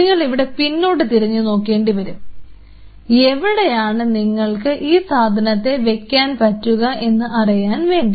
നിങ്ങൾക്ക് ഇവിടെ പിന്നോട്ട് തിരിഞ്ഞു നോക്കേണ്ടി വരും എവിടെയാണ് നിങ്ങൾക്ക് ഈ സാധനത്തെ വെക്കാൻ പറ്റുക എന്ന് അറിയാൻ വേണ്ടി